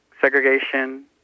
segregation